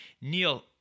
neil